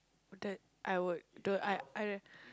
that I would do I I